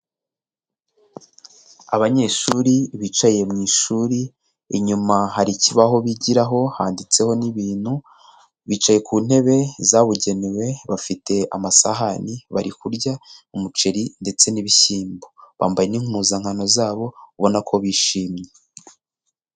Abanyeshuri bicaye mu ishuri, inyuma hari ikibaho bigiraho handitseho n'ibintu, bicaye ku ntebe zabugenewe bafite amasahani bari kurya umuceri ndetse n'ibishyimbo. Bambaye n'impuzankano zabo ubona ko bishimye.